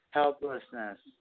helplessness